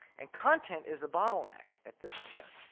and content is the bottleneck at this point,